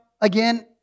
again